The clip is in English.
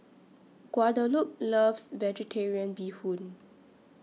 Guadalupe loves Vegetarian Bee Hoon